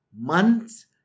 months